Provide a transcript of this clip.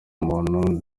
utuntu